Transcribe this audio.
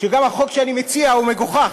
שגם החוק שאני מציע הוא מגוחך,